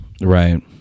Right